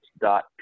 dot